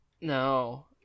No